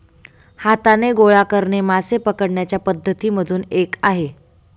हाताने गोळा करणे मासे पकडण्याच्या पद्धती मधून एक आहे